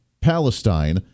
Palestine